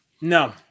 no